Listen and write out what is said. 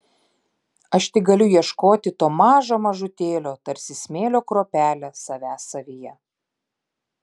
aš tik galiu ieškoti to mažo mažutėlio tarsi smėlio kruopelė savęs savyje